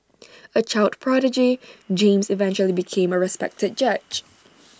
A child prodigy James eventually became A respected judge